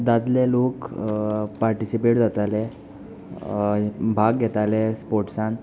दादले लोक पार्टिसीपेट जाताले भाग घेताले स्पोट्सान